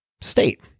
state